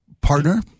partner